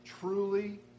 truly